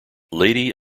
lady